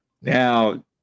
Now